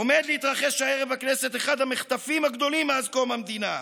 עומד להתרחש בכנסת אחד המחטפים הגדולים מאז קום המדינה.